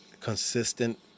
consistent